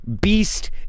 beast